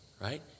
Right